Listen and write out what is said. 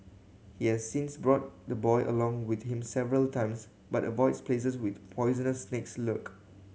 he has since brought the boy along with him several times but avoids places with poisonous snakes lurk